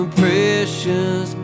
precious